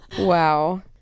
wow